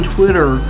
Twitter